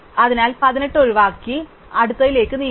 അതിനാൽ 18 ഒഴിവാക്കി അടുത്തതിലേക്ക് നീങ്ങുന്നു